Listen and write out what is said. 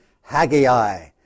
Haggai